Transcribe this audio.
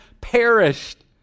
perished